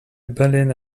baleine